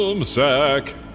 Sack